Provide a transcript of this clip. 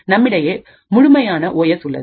நம்மிடையே முழுமையான ஓ எஸ்உள்ளது